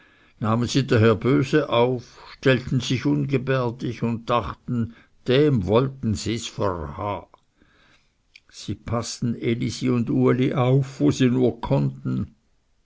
sie daher böse auf stellten sich ungebärdig und dachten dem wollten sies vrha sie paßten elisi und uli auf wo sie nur konnten